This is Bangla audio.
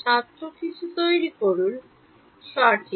ছাত্র কিছু তৈরি করুন সঠিক